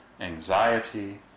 anxiety